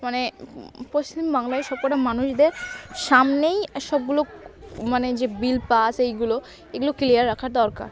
মানে পশ্চিম বাংলায় সবকটা মানুষদের সামনেই সবগুলো মানে যে বিল পাস এইগুলো এগুলো ক্লিয়ার রাখার দরকার